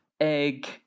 egg